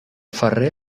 ferrer